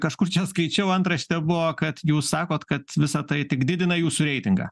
kažkur čia skaičiau antraštė buvo kad jūs sakot kad visa tai tik didina jūsų reitingą